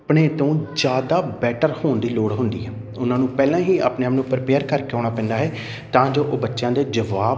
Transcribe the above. ਆਪਣੇ ਤੋਂ ਜ਼ਿਆਦਾ ਬੈਟਰ ਹੋਣ ਦੀ ਲੋੜ ਹੁੰਦੀ ਹੈ ਉਹਨਾਂ ਨੂੰ ਪਹਿਲਾਂ ਹੀ ਆਪਣੇ ਆਪ ਨੂੰ ਪਰਪੇਅਰ ਕਰਕੇ ਆਉਣਾ ਪੈਂਦਾ ਹੈ ਤਾਂ ਜੋ ਉਹ ਬੱਚਿਆਂ ਦੇ ਜਵਾਬ